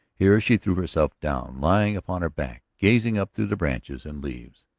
here she threw herself down, lying upon her back, gazing up through the branches and leaves.